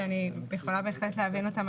שאני יכולה בהחלט להבין אותן,